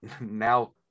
now